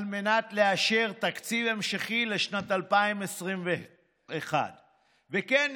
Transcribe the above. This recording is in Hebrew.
מנת לאשר תקציב המשכי לשנת 2021. וכן,